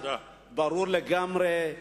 ברור לגמרי,